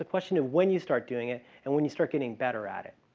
ah question of when you start doing it and when you start getting better at it.